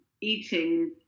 eating